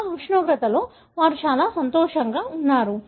ఆ ఉష్ణోగ్రతలో వారు చాలా సంతోషంగా ఉన్నారు